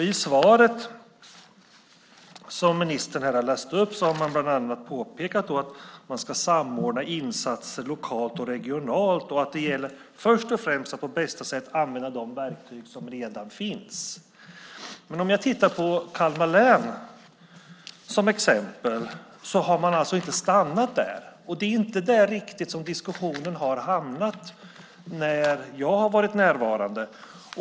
I svaret som ministern har läst upp har man bland annat påpekat att man ska samordna insatser lokalt och regionalt och att det först och främst gäller att på bästa sätt använda de verktyg som redan finns. Men i exempelvis Kalmar län har man inte stannat där. Det är inte riktigt där diskussionen har hamnat när jag har varit närvarande.